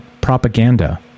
propaganda